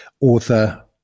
author